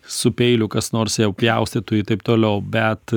su peiliu kas nors jau pjaustytų ir taip toliau bet